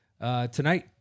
Tonight